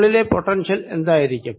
ഉള്ളിലെ പൊട്ടൻഷ്യൽ എന്തായിരിക്കും